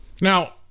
Now